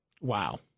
Wow